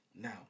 Now